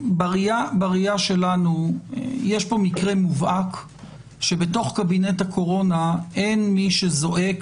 בראייה שלנו יש פה מקרה מובהק שבקבינט הקורונה אין מי שזועק